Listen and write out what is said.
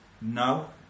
no